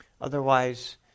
Otherwise